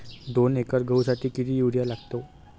दोन एकर गहूसाठी किती युरिया लागतो?